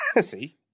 See